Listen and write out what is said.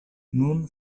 nun